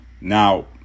Now